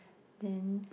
then